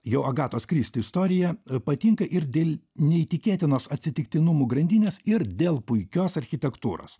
jo agatos kristi istorija patinka ir dėl neįtikėtinos atsitiktinumų grandinės ir dėl puikios architektūros